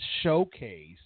showcase